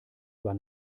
war